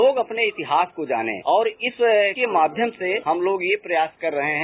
लोग अपने इतिहास को जानें और इसके माध्यम से हम लोग यह प्रयास कर रहे हैं